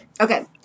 Okay